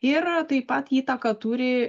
ir taip pat įtaką turi